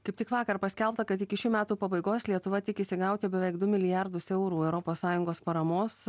kaip tik vakar paskelbta kad iki šių metų pabaigos lietuva tikisi gauti beveik du milijardus eurų europos sąjungos paramos